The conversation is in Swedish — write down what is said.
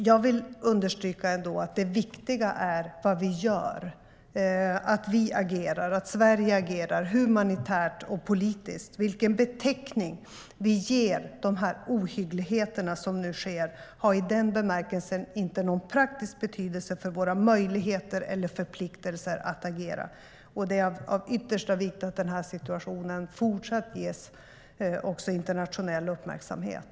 Jag vill ändå understryka att det viktiga är vad vi gör, att vi agerar, att Sverige agerar humanitärt och politiskt. Vilken beteckning vi ger de ohyggligheter som nu sker har i den bemärkelsen inte någon praktisk betydelse för våra möjligheter eller förpliktelser att agera. Det är av yttersta vikt att den här situationen fortsatt ges också internationell uppmärksamhet.